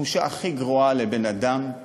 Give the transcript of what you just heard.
התחושה הכי גרועה לבן-אדם היא